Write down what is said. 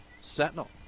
Sentinel